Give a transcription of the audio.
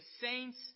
saints